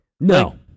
No